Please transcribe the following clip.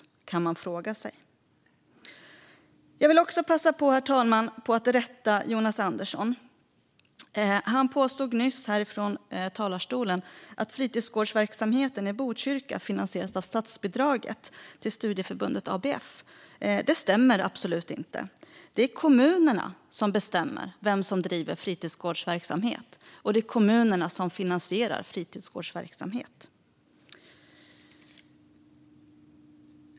Det kan man fråga sig. Herr talman! Jag vill också passa på att rätta Jonas Andersson. Han påstod nyss här i talarstolen att fritidsgårdsverksamheten i Botkyrka finansieras genom statsbidraget till studieförbundet ABF. Det stämmer absolut inte. Det är kommunerna som bestämmer vem som ska driva fritidsgårdsverksamhet, och det är kommunerna som finansierar fritidsgårdsverksamheten.